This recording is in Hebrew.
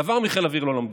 דבר מחיל האוויר לא למדו,